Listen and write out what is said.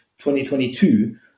2022